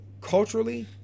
culturally